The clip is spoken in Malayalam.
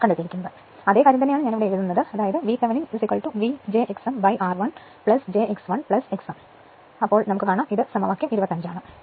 അതിനാൽ അതേ കാര്യം തന്നെയാണ് ഞാൻ ഇവിടെ എഴുതുന്നത് VThevenin v j x mr one j x1 x m ഇപ്പോൾ ഇത് സമവാക്യം 25 ആണെന്ന് ഞാൻ കാണിച്ചു